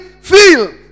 feel